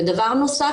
דבר נוסף,